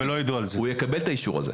הוא יקבל את האישור הזה.